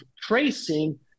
tracing